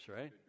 right